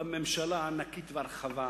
על הממשלה הענקית והרחבה,